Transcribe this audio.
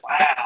wow